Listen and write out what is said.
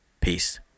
peace